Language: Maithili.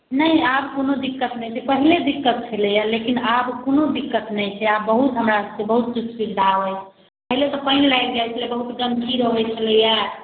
नहि आब कोनो दिक्कत नहि छै पहिने दिक्कत छलैए लेकिन आब कोनो दिक्कत नहि छै आब बहुत हमरासभके बहुत किछुके सुविधा अछि पहिले तऽ पानि लागि जाइत छलै बहुत गन्दगी रहैत छलैए